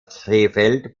krefeld